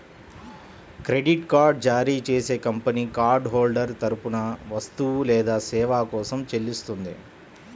credit card జారీ చేసే company card holder తరపున వస్తువు లేదా సేవ కోసం చెల్లిస్తుంది